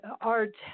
art